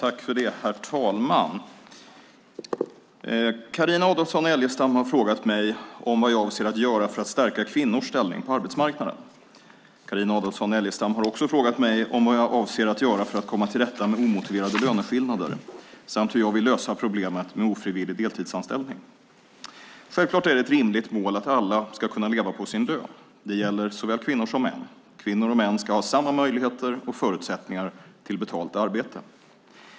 Herr talman! Carina Adolfsson Elgestam har frågat mig vad jag avser att göra för att stärka kvinnors ställning på arbetsmarknaden. Carina Adolfsson Elgestam har också frågat mig vad jag avser att göra för att komma till rätta med omotiverade löneskillnader samt hur jag vill lösa problemet med ofrivillig deltidsanställning. Självklart är det ett rimligt mål att alla ska kunna leva på sin lön. Det gäller såväl kvinnor som män. Kvinnor och män ska ha samma möjligheter och förutsättningar till betalt arbete.